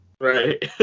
Right